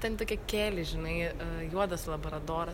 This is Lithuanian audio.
ten tokia keli žinai juodas labradoras